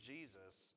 Jesus